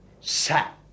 sat